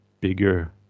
bigger